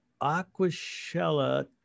Aquashella